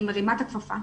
אני מרימה את הכפפה